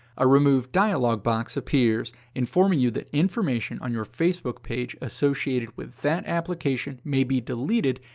a remove dialog box appears, informing you that information on your facebook page associated with that application may be deleted,